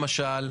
למשל,